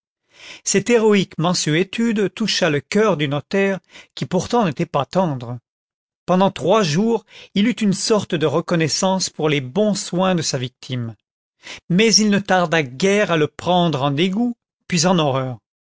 cette héroïque mansuétude toucha le cœur du notaire qui pourtant n'était pas tendre pendant trois jours il eut une sorte de reconnais sance pour les bons soins de sa victime mais il ne tarda guère à le prendre en dégoût puis en lorreur